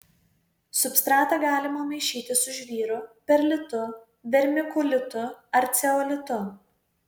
substratą galima maišyti su žvyru perlitu vermikulitu ar ceolitu